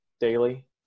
daily